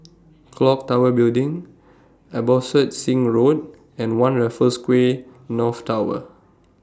Clock Tower Building Abbotsingh Road and one Raffles Quay North Tower